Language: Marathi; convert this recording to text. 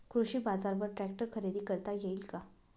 कृषी बाजारवर ट्रॅक्टर खरेदी करता येईल का?